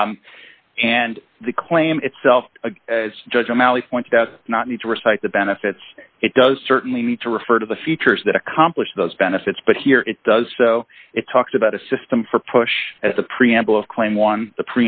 and the claim itself as judge o'malley pointed out not need to recite the benefits it does certainly need to refer to the features that accomplish those benefits but here it does so it talks about a system for push as the preamble of claim one the